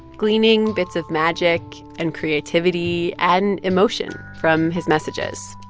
gleaning bits of magic and creativity and emotion from his messages,